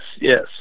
yes